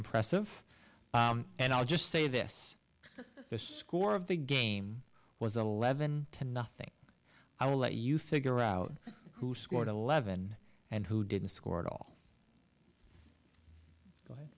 impressive and i'll just say this the score of the game was eleven to nothing i will let you figure out who scored eleven and who didn't score at all